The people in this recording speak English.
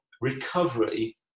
recovery